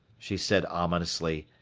she said ominously,